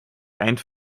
einde